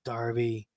Darby